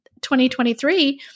2023